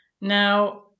Now